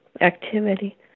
activity